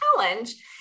challenge